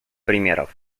примеров